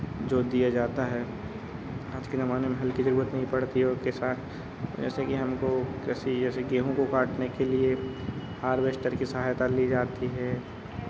जोत दिया जाता है आज के ज़माने में हल की ज़रूरत नहीं पड़ती और किसान जैसे कि हमको कृषि जैसे गेहूँ को काटने के लिए हार्वेस्टर की सहायता ली जाती है